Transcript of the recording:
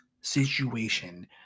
situation